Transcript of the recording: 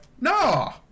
no